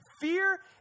fear